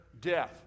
death